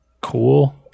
cool